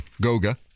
Goga